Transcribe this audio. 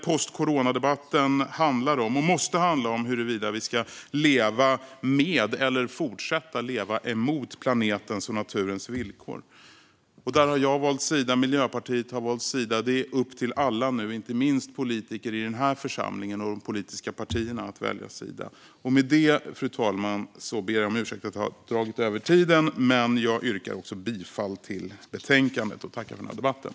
Post-corona-debatten handlar om, och måste handla om, huruvida vi ska leva med eller fortsätta att leva emot planetens och naturens villkor. Där har jag och Miljöpartiet valt sida. Det är nu upp till alla, inte minst politiker i den här församlingen och de politiska partierna, att välja sida. Fru talman! Jag ber om ursäkt för att jag dragit över tiden. Jag yrkar jag bifall till utskottets förslag i betänkandet och tackar för debatten.